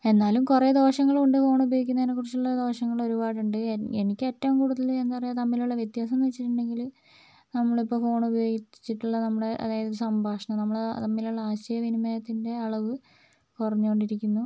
എന്നാലും കുറെ ദോഷങ്ങളും ഉണ്ട് ഫോണുപയോഗിക്കുന്നതിനെ കുറിച്ചുള്ള ദോഷങ്ങൾ ഒരുപാട് ഉണ്ട് എനി എനിക്ക് ഏറ്റവും കൂടുതല് എന്താ പറയുക തമ്മിലുള്ള വ്യത്യാസം എന്ന് വെച്ചിട്ടുണ്ടെങ്കിൽ നമ്മളിപ്പോൾ ഫോൺ ഉപയോഗിച്ചിട്ടുള്ള നമ്മുടെ അതായത് സംഭാഷണം നമ്മള് നമ്മൾ തമ്മിലുള്ള ആശയവിനിമയത്തിൻ്റെ അളവ് കുറഞ്ഞുകൊണ്ടിരിക്കുന്നു